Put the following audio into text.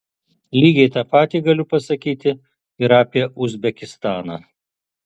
lygiai tą patį galiu pasakyti ir apie uzbekistaną